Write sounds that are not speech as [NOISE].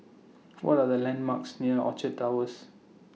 [NOISE] What Are The landmarks near Orchard Towers